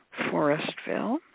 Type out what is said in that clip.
Forestville